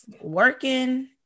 working